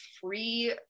free